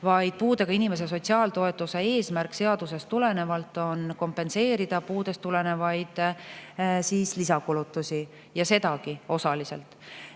vaid puudega inimese sotsiaaltoetuse eesmärk seadusest tulenevalt on kompenseerida puudest tulenevaid lisakulutusi, sedagi osaliselt. Nii